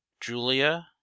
Julia